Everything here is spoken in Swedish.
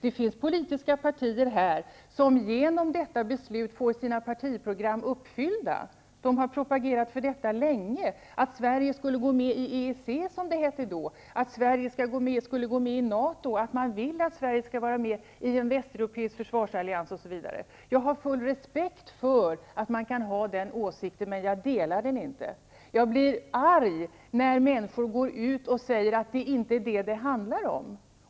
Det finns politiska partier här som genom detta beslut får sina partiprogram uppfyllda. De har propagerat för detta länge. De propagerade för att Sverige skulle gå med i EEC, som det hette då. De tyckte att Sverige skulle gå med i NATO. De vill att Sverige skulle vara med i en västeuropeisk försvarsallians, osv. Jag har full respekt för att man kan ha den åsikten, men jag delar den inte. Jag blir arg när människor går ut och säger att detta inte är vad det handlar om.